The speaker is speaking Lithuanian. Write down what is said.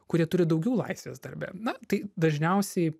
kurie turi daugiau laisvės darbe na tai dažniausiai